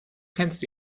kennst